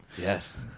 Yes